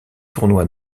tournois